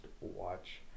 watch